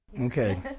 Okay